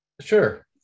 Sure